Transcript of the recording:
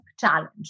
challenge